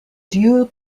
dual